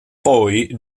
poi